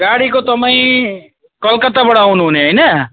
गाडीको तपाईँ कलकत्ताबाट आउनु हुने होइन